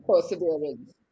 perseverance